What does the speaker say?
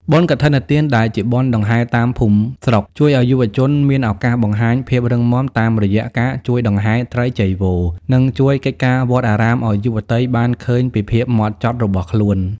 បុណ្យកឋិនទានដែលជាបុណ្យដង្ហែតាមភូមិស្រុក ជួយឱ្យយុវជនមានឱកាសបង្ហាញភាពរឹងមាំតាមរយៈការជួយដង្ហែត្រៃចីវរ និងជួយកិច្ចការវត្តអារាមឱ្យយុវតីបានឃើញពីភាពហ្មត់ចត់របស់ខ្លួន។